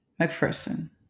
McPherson